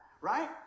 Right